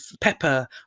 pepper